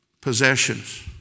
possessions